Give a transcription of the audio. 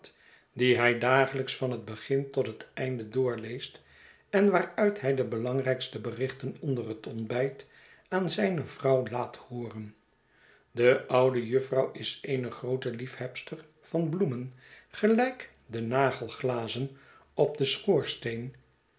die hij dagelijks van het begin tot het einde doorleest en waaruit hij de belangrijkste berichten onder het ontbijt aan zijne vrouw laat hooren de oude jufvrouw is eene groote liefhebster van bloemen gelijk de nagelglazen op den schoorsteen